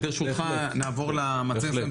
ברשותך נעבור למצגת,